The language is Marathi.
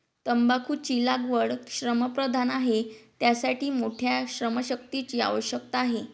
तंबाखूची लागवड श्रमप्रधान आहे, त्यासाठी मोठ्या श्रमशक्तीची आवश्यकता आहे